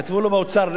כתבו לו באוצר.